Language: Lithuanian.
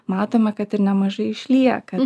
matome kad ir nemažai išlieka